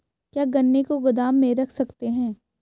क्या गन्ने को गोदाम में रख सकते हैं?